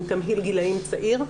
עם תמהיל גילאים צעיר,